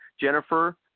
Jennifer